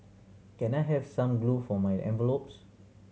can I have some glue for my envelopes